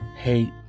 Hate